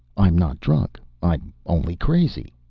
i'm not drunk. i'm only crazy.